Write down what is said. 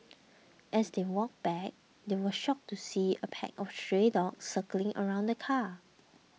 as they walked back they were shocked to see a pack of stray dogs circling around the car